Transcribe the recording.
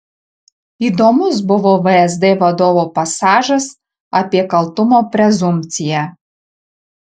įdomus buvo vsd vadovo pasažas apie kaltumo prezumpciją